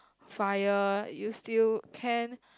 fire you still can